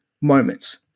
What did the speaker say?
moments